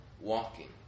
walking